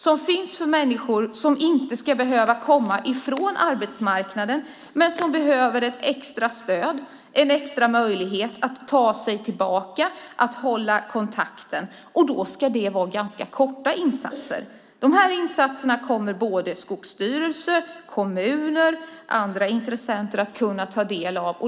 Det finns för att människor inte ska behöva komma ifrån arbetsmarknaden men få ett extra stöd eller extra möjlighet att ta sig tillbaka och att hålla kontakten med arbetsmarknaden, och då ska det vara ganska kortvariga insatser. De här insatserna kommer både skogsstyrelse, kommuner och andra intressenter att kunna ta del av.